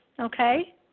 okay